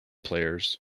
players